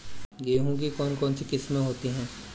गेहूँ की कौन कौनसी किस्में होती है?